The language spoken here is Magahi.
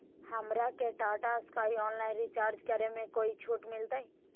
हमरा के टाटा स्काई ऑनलाइन रिचार्ज करे में कोई छूट मिलतई